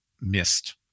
missed